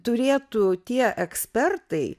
turėtų tie ekspertai